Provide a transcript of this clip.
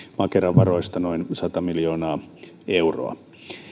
makeran varoista noin sata miljoonaa euroa